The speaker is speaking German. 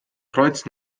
kreuz